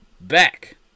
back